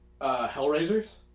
Hellraisers